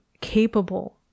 capable